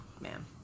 man